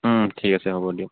ঠিক আছে হ'ব দিয়ক